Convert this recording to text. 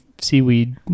seaweed